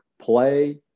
play